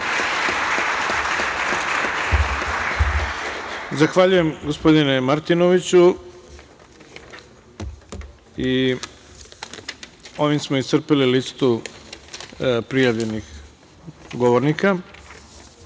Zahvaljujem gospodine Martinoviću. Ovim smo iscrpeli listu prijavljenih govornika. Ovim